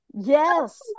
Yes